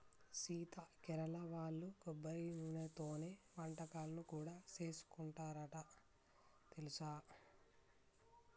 సీత కేరళ వాళ్ళు కొబ్బరి నూనెతోనే వంటకాలను కూడా సేసుకుంటారంట తెలుసా